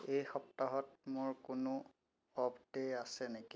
এই সপ্তাহত মোৰ কোনো অফ ডে আছে নেকি